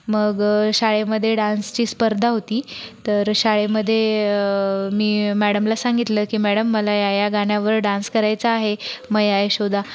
मग शाळेमध्ये डान्सची स्पर्धा होती तर शाळेमध्ये मी मॅडमला सांगितलं की मॅडम मला या या गाण्यावर डान्स करायचा आहे मैया यशोदा